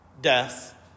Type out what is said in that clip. death